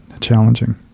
challenging